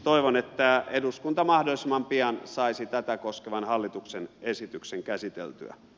toivon että eduskunta mahdollisimman pian saisi tätä koskevan hallituksen esityksen käsiteltyä